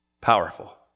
powerful